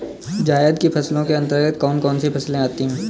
जायद की फसलों के अंतर्गत कौन कौन सी फसलें आती हैं?